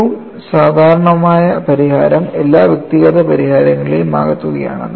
ഏറ്റവും സാധാരണമായ പരിഹാരം എല്ലാ വ്യക്തിഗത പരിഹാരങ്ങളുടെയും ആകെത്തുകയാണ്